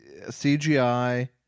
CGI